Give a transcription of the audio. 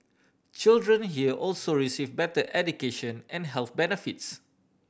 children here also receive better education and health benefits